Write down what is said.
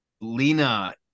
Lena